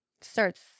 starts